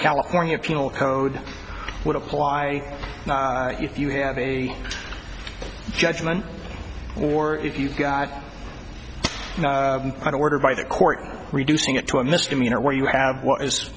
california penal code would apply if you have a judgment or if you've got i don't order by the court reducing it to a misdemeanor where you have